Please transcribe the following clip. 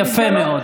יפה מאוד.